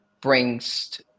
brings